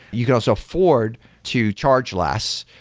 you can also afford to charge less,